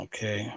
Okay